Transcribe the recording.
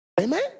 Amen